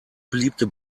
beliebte